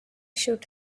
should